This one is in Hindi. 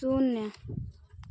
शून्य